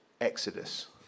exodus